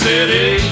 City